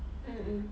mmhmm